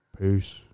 Peace